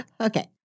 Okay